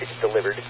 delivered